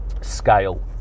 scale